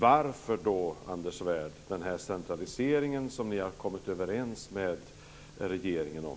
Varför då, Anders Svärd, denna centralisering som ni har kommit överens om med regeringen?